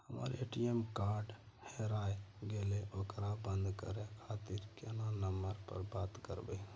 हमर ATM card हेराय गेले ओकरा बंद करे खातिर केना नंबर पर बात करबे?